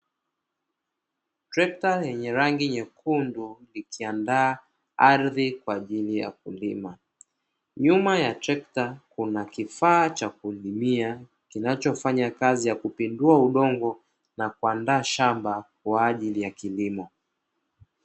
Trekta lenye rangi nyekundu likiandaa ardhi kwa ajili ya kulima, nyuma ya trekta kuna kifaa cha kulimia kinachofanya kazi ya kupindua udongo na kuandaa shamba kwa ajili ya kilimo.